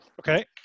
Okay